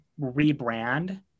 rebrand